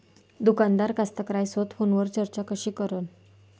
दुकानदार कास्तकाराइसोबत फोनवर चर्चा कशी करन?